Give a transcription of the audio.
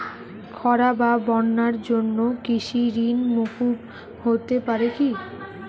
খরা বা বন্যার জন্য কৃষিঋণ মূকুপ হতে পারে কি?